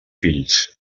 fills